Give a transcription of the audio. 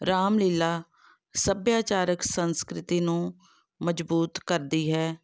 ਰਾਮਲੀਲਾ ਸੱਭਿਆਚਾਰਕ ਸੰਸਕ੍ਰਿਤੀ ਨੂੰ ਮਜਬੂਤ ਕਰਦੀ ਹੈ